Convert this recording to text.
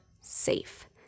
safe